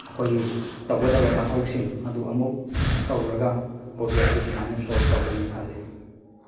ꯃꯈꯣꯏꯒꯤ ꯇꯧꯒꯗꯕ ꯃꯊꯧꯁꯤꯡ ꯑꯗꯨ ꯑꯃꯨꯛ ꯇꯧꯔꯒ ꯄ꯭ꯔꯣꯕ꯭ꯂꯦꯝꯗꯨ ꯁꯨꯃꯥꯏ ꯁꯣꯜꯞ ꯇꯧꯒꯅꯤ ꯈꯜꯂꯤ